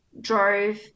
drove